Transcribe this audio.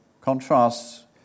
contrasts